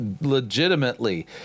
legitimately